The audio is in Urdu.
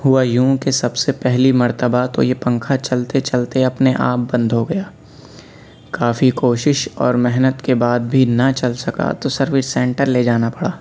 ہوا یوں کہ سب سے پہلی مرتبہ تو یہ پنکھا چلتے چلتے اپنے آپ بند ہوگیا کافی کوشش اور محنت کے بعد بھی نہ چل سکا تو سروس سینٹر لے جانا پڑا